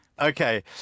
Okay